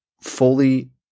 fully